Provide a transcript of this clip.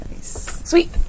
Sweet